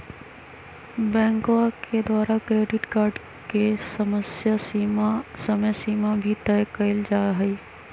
बैंकवा के द्वारा क्रेडिट कार्ड के समयसीमा भी तय कइल जाहई